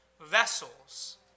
vessels